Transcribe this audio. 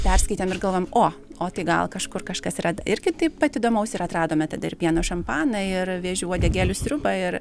perskaitėm ir galvojom o o tai gal kažkur kažkas yra irgi taip pat įdomaus ir atradome tada ir pieno šampaną ir vėžių uodegėlių sriubą ir